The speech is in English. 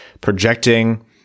projecting